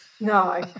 No